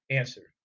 answer